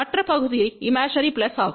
மற்ற பகுதி imaginary plus ஆகும்